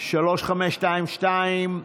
מס' 3522,